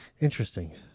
Interesting